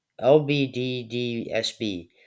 LBDDSB